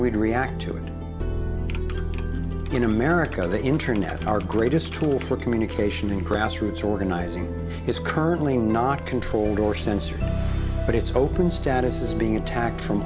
we'd react to it in america the internet our greatest tool for communication in grassroots organizing is currently not controlled or censored but it's open status is being attacked from